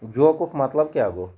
جوکُک مطلب کیاہ گوٚو ؟